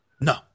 No